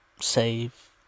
save